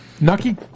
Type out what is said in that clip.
Nucky